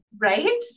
right